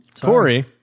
Corey